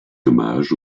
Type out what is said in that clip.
hommages